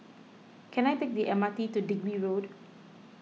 can I take the M R T to Digby Road